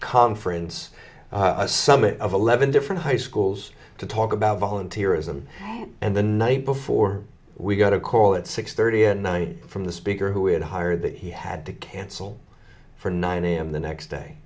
conference a summit of eleven different high schools to talk about volunteerism and the night before we got a call at six thirty at night from the speaker who we had hired that he had to cancel for nine a m the next day